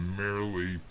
merely